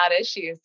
issues